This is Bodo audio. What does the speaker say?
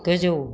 गोजौ